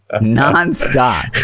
non-stop